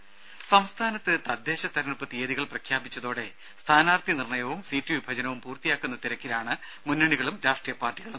ദ്ദേ സംസ്ഥാനത്ത് തദ്ദേശ തിരഞ്ഞെടുപ്പ് തിയ്യതികൾ പ്രഖ്യാപിച്ചതോടെ സ്ഥാനാർത്ഥി നിർണയവും സീറ്റ് വിഭജനവും പൂർത്തിയാക്കുന്ന തിരക്കിലാണ് മുന്നണികളും രാഷ്ട്രീയ പാർട്ടികളും